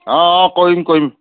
অ অ কৰিম কৰিম